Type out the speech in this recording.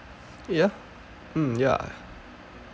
ya mm ya